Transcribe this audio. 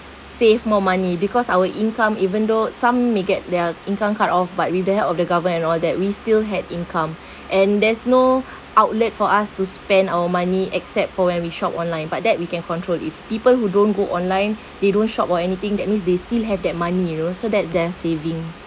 save more money because our income even though some may get their income cut off but with the help of the government and all that we still had income and there's no outlet for us to spend our money except for when we shop online but that we can control if people who don't go online they don't shop or anything that means they still have that money you know so that there's savings